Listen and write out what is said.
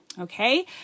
okay